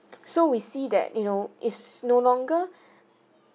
so we see that you know is no longer